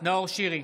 נאור שירי,